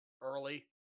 early